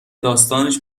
داستانش